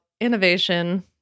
innovation